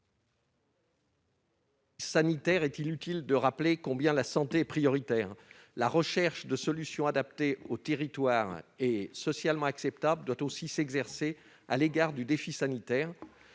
actuel, est-il utile de rappeler combien la santé est prioritaire ? La recherche de solutions adaptées aux territoires et socialement acceptables doit aussi s'exercer à l'égard du défi sanitaire.